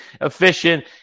efficient